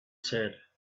said